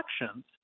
elections